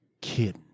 kid